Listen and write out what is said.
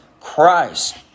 Christ